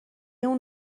اون